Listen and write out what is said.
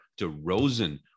DeRozan